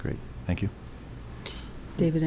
great thank you david